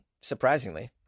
surprisingly